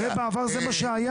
הרי בעבר זה מה שהיה.